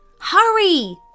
Hurry